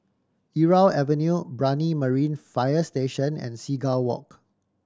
Irau Avenue Brani Marine Fire Station and Seagull Walk